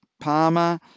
Palmer